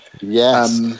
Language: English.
Yes